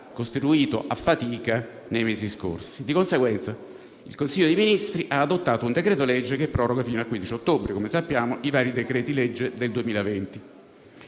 costituito a fatica nei mesi scorsi. Di conseguenza il Consiglio dei ministri ha adottato un decreto-legge che proroga fino al 15 ottobre, come sappiamo, i vari decreti-legge del 2020;